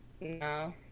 No